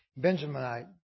Benjaminite